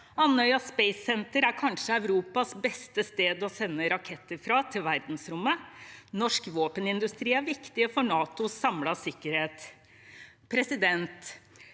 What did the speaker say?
Andøya Space Center er kanskje Europas beste sted å sende raketter til verdensrommet fra. Norsk våpenindustri er viktig for NATOs samlede sikkerhet.